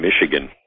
Michigan